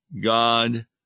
God